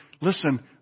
Listen